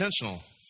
intentional